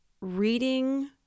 reading